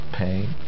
pain